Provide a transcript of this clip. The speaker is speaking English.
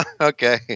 Okay